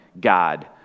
God